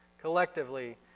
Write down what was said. collectively